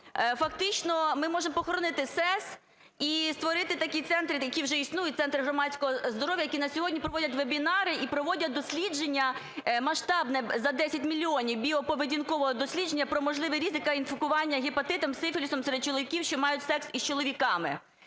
Фактично ми можемо похоронити СЕС і створити такі центри, які вже існують – центри громадського здоров'я. Який на сьогодні проводять вебінари і проводять дослідження масштабне за 10 мільйонів – біоповедінкового дослідження про можливий ризик та інфікування гепатитом, сифілісом серед чоловіків, що мають секс із чоловіками.